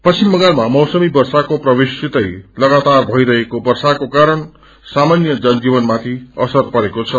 पश्मिच बंगालमा मौसमी वर्षाको प्रवेशसितै लगातर भइरहेको वर्षाको कारण समान्य जनजीवनमाथि असर परेका छ